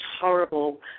horrible